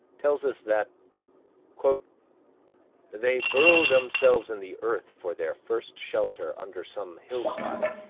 tells us that they burrow themselves in the earth for their first shelter under some hillside,